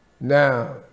Now